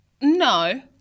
No